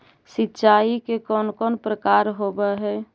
सिंचाई के कौन कौन प्रकार होव हइ?